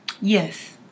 Yes